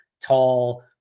tall